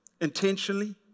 Intentionally